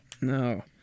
no